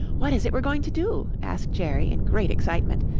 what is it we're going to do? asked jerry in great excitement,